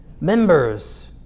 members